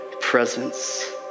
presence